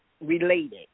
related